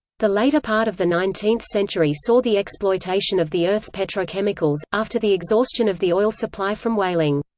the later part of the nineteenth century saw the exploitation of the earth's petrochemicals, after the exhaustion of the oil supply from whaling.